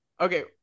Okay